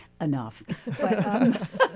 enough